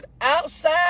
outside